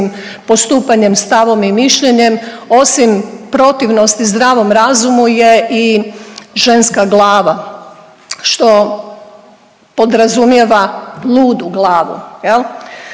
postupanjem, stavom i mišljenjem osim protivnosti zdravom razumu je i ženska glava što podrazumijeva ludu glavu.